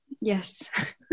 Yes